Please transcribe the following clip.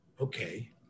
Okay